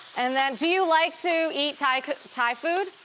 and then, do you like to eat thai thai food?